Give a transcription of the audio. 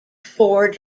four